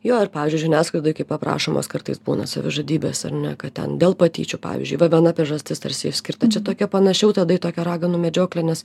jo ir pavyzdžiui žiniasklaidoj kaip aprašomos kartais būna savižudybės ar ne kad ten dėl patyčių pavyzdžiui va viena priežastis tarsi išskirta čia tokia panaši jau tada į tokią raganų medžioklę nes